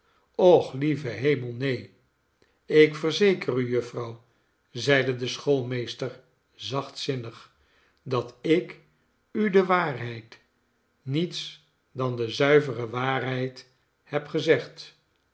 och lieve hemel neen ik verzeker u jufvrouw zeide de schoolmeester zachtzinnig dat ik u de waarheid niets dan de zuivere waarheid heb gezegd